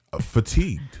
fatigued